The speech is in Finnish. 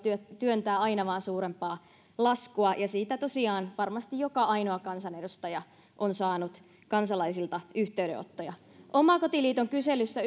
työntää aina vain suurempaa laskua siitä tosiaan varmasti joka ainoa kansanedustaja on saanut kansalaisilta yhteydenottoja omakotiliiton kyselyssä